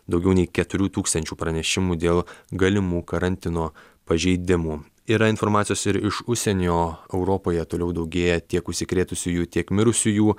daugiau nei keturių tūkstančių pranešimų dėl galimų karantino pažeidimų yra informacijos ir iš užsienio europoje toliau daugėja tiek užsikrėtusiųjų tiek mirusiųjų